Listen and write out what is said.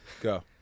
Go